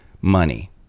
money